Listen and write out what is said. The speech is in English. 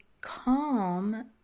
calm